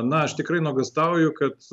na aš tikrai nuogąstauju kad